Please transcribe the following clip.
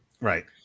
Right